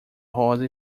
rosa